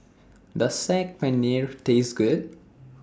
Does Saag Paneer Taste Good